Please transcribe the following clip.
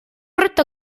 repte